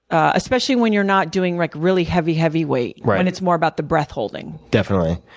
especially when you're not doing like really heavy, heavy weight and it's more about the breath-holding. definitely.